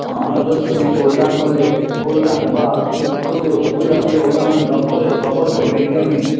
অনগ্রসর শ্রেণীর কল্যাণ হলে কল্যাণ বা উপজাতীয় উন্নয়ন দপ্তরের প্রকল্প মিড ডে মিল